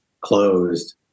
closed